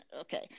okay